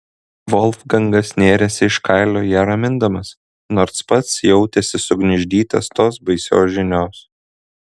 volfgangas nėrėsi iš kailio ją ramindamas nors pats jautėsi sugniuždytas tos baisios žinios